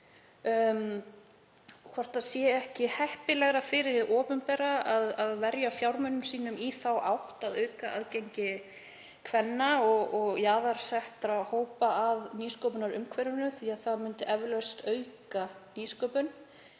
vera raunin. Er ekki heppilegra fyrir hið opinbera að verja fjármunum sínum í þá átt að auka aðgengi kvenna og jaðarsettra hópa að nýsköpunarumhverfinu? Það myndi eflaust auka nýsköpun.